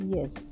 Yes